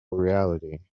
reality